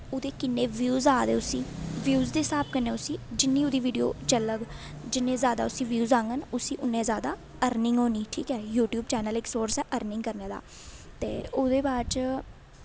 ओह्दे किन्ने ब्यूस आ दे उसी ब्यूस दे स्हाब कन्नै उसी जिन्नी ओह्दी वीडियो चलग जिन्ने जादा उसी ब्यूज आङन उन्ने जादा उसी अर्निंग होनी ठीक ऐ यूट्यूब चैनल इक सोर्स ऐ अर्निंग करने दा ते ओह्दे बाद च